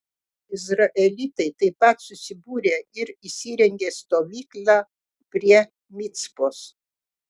izraelitai taip pat susibūrė ir įsirengė stovyklą prie micpos